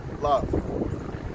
love